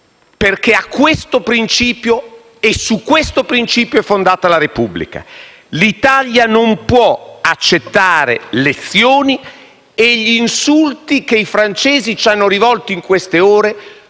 perché su questo principio è fondata la Repubblica. L'Italia non può accettare lezioni e gli insulti che i francesi ci hanno rivolto in queste ore,